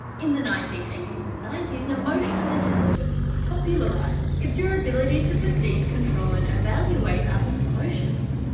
in the nineteen eighty s and ninety s emotional intelligence was popularised. it's your ability to perceive, control and evaluate others' emotions.